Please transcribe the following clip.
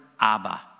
Abba